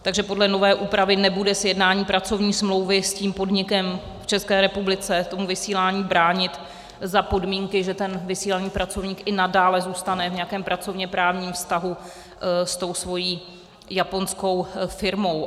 Podle nové úpravy nebude sjednání pracovní smlouvy s podnikem v České republice tomu vysílání bránit za podmínky, že vysílaný pracovník i nadále zůstane v pracovněprávním vztahu se svou japonskou firmou.